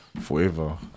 Forever